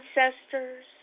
ancestors